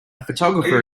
photographer